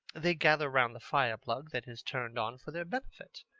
they gather round the fire-plug that is turned on for their benefit,